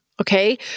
okay